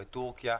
בתורכיה,